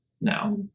now